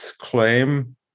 claim